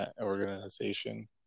organization